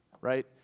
right